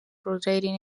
rotating